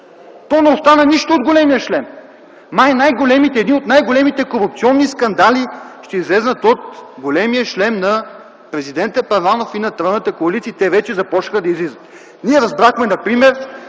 То не остана нищо от големия шлем! Май едни от най-големите корупционни скандали ще излязат от големия шлем на президента Първанов и на тройната коалиция и те вече започнаха да излизат. Ние разбрахме например,